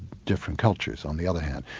different cultures on the other hand.